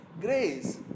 Grace